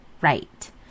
right